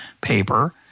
paper